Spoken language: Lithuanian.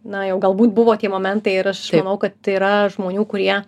na jau galbūt buvo tie momentai ir aš manau kad yra žmonių kurie